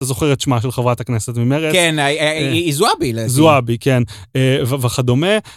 אתה זוכר את שמה של חברת הכנסת ממרץ? כן, היא זועבי. זועבי, כן, וכדומה.